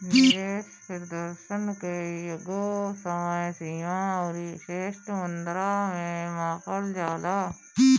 निवेश प्रदर्शन के एकगो समय सीमा अउरी विशिष्ट मुद्रा में मापल जाला